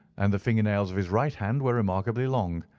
and the finger-nails of his right hand were remarkably long.